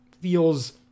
feels